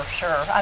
sure